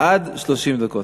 עד 30 דקות.